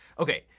okay,